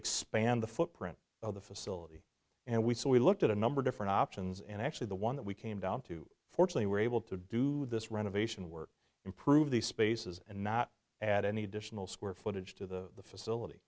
expand the footprint of the facility and we so we looked at a number of different options and actually the one that we came down to fortunately were able to do this renovation work improve the spaces and not add any additional square footage to the facility